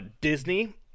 Disney